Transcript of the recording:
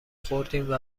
ﮔﺮﮔﺎﻥ